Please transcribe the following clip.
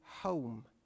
home